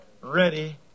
ready